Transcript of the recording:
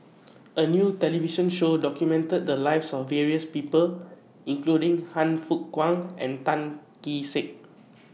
A New television Show documented The Lives of various People including Han Fook Kwang and Tan Kee Sek